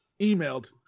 emailed